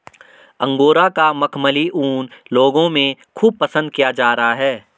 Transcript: angora का मखमली ऊन लोगों में खूब पसंद किया जा रहा है